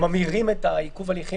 ממירים את עיכוב ההליכים